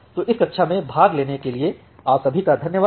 तो इस कक्षा में भाग लेने के लिए आप सभी का धन्यवाद